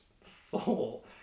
soul